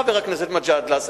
חבר הכנסת מג'אדלה,